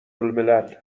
الملل